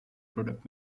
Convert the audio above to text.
product